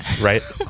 Right